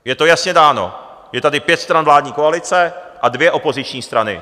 Je to jasně dáno, je tady pět stran vládní koalice a dvě opoziční strany.